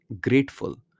grateful